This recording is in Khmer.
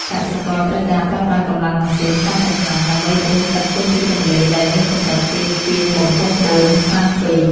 កសិករត្រូវការប្រើប្រាស់កម្លាំងម៉ាស៊ីនកាន់តែខ្លាំង ដើម្បីបូមទឹកចេញពីទន្លេដែលមានកម្រិតទាបជាងបំពង់បូមខ្លាំងពេក។